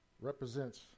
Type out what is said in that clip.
represents